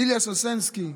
איליה סוסנסקי.